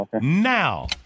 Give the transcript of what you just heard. Now